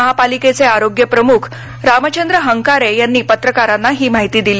महापालिकेचे आरोग्य प्रमुख रामचंद्र हंकारे यांनी पत्रकारांना ही माहिती दिली